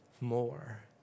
more